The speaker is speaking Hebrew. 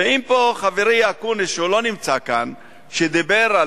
אם פה חברי אקוניס, שלא נמצא כאן, שדיבר,